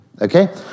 Okay